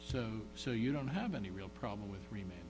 so so you don't have any real problem with remain